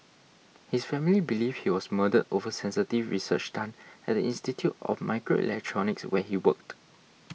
his family believe he was murdered over sensitive research done at the Institute of Microelectronics where he worked